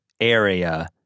area